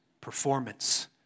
performance